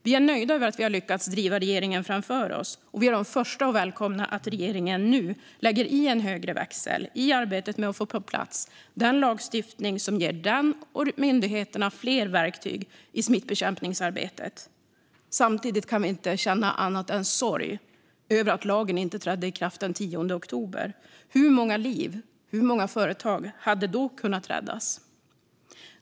Vi är nöjda över att vi lyckats driva regeringen framför oss och är de första att välkomna att regeringen nu lägger i en högre växel i arbetet med att få lagstiftning på plats som ger den och myndigheterna fler verktyg i smittbekämpningsarbetet. Samtidigt kan vi inte annat än känna sorg över att lagen inte trädde i kraft den 10 oktober. Hur många liv och hur många företag hade då kunnat räddas?